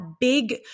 big